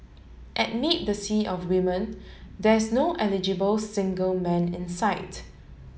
amid the sea of women there's no eligible single man in sight